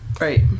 Right